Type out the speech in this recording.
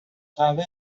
قوه